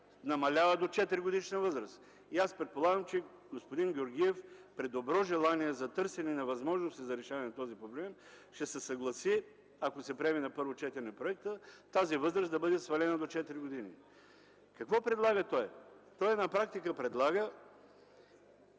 намалява до 4-годишна възраст и аз предполагам, че господин Георгиев при добро желание за търсене на възможности за решаване на този проблем ще се съгласи, ако се приеме на първо четене законопроектът, тази възраст да бъде свалена до 4 години. Какво предлага той? На практика той предлага